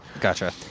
Gotcha